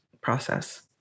process